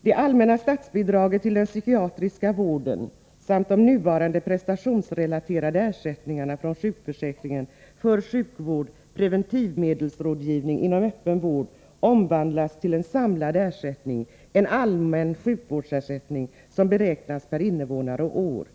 Det allmänna statsbidraget till den psykiatriska vården samt de nuvarande prestationsrelaterade ersättningarna från sjukförsäkringen för sjukvård och preventivmedelsrådgivning inom öppen vård omvandlas till en samlad ersättning, en allmän sjukvårdsersättning, som beräknas per invånare och år.